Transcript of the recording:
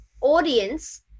audience